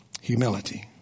Humility